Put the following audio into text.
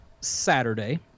saturday